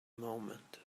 moment